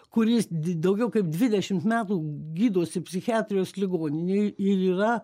kuris d daugiau kaip dvidešimt metų gydosi psichiatrijos ligoninėj ir yra